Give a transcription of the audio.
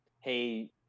hey